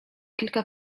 kilka